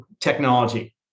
technology